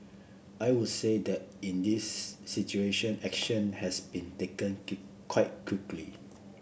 I would say that in this situation action has been taken keep quite quickly